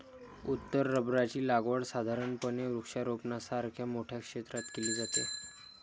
उत्तर रबराची लागवड साधारणपणे वृक्षारोपणासारख्या मोठ्या क्षेत्रात केली जाते